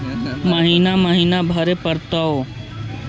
महिना महिना भरे परतैय?